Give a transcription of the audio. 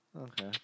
okay